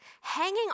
Hanging